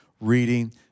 reading